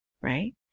right